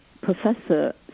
professor